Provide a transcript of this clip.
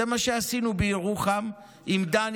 זה מה שעשינו בירוחם עם דני,